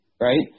right